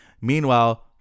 Meanwhile